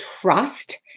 trust